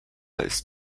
ist